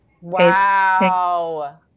Wow